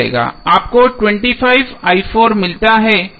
आपको मिलता है